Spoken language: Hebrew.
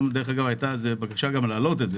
היתה בקשה להעלות את זה